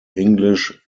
english